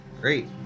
Great